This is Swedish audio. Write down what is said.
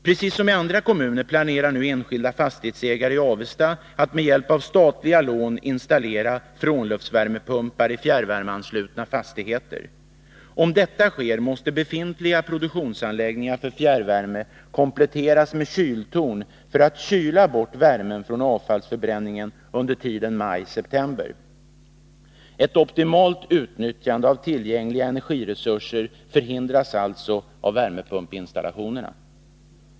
Precis som i andra kommuner planerar nu enskilda fastighetsägare i Avesta att med hjälp av statliga lån installera frånluftsvärmepumpar i fjärrvärmeanslutna fastigheter. Om detta sker måste befintliga produktionsanläggningar för fjärrvärme kompletteras med kyltorn för att kyla bort värmen från avfallsförbränningen under tiden maj-september. Ett optimalt utnyttjande av tillgängliga energiresurser förhindras alltså av värmepumps installationerna.